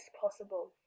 possible